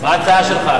מה ההצעה שלך?